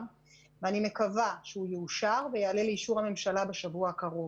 ואני מקווה שהוא יאושר ויעלה לאישור הממשלה בשבוע הקרוב.